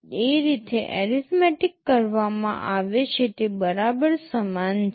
જે રીતે એરિથમેટિક કરવામાં આવે છે તે બરાબર સમાન છે